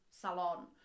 salon